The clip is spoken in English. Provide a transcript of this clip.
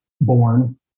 born